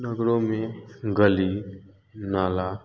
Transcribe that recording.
नगरों में गली नाला